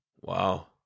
Wow